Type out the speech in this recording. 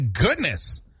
goodness